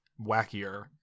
wackier